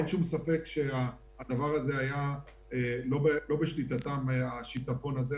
אין שום ספק שהדבר הזה לא היה בשליטתם השיטפון הזה.